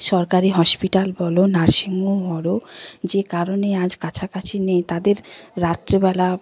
সরকারি হসপিটাল বলো nursing home বলো যে কারণে আজ কাছাকাছি নেই তাদের রাত্রেবেলা